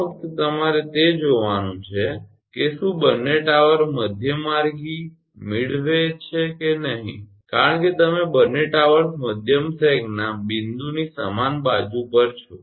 આ ફક્ત તમારે તે જોવાનું છે કે શું બંને ટાવર મધ્યમાર્ગી છે કે નહી કારણકે તમે બંને ટાવર્સ મહત્તમ સેગના બિંદુની સમાન બાજુ પર છો